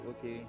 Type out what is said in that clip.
okay